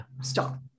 stop